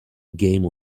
game